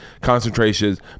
concentrations